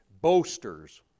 boasters